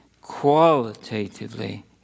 qualitatively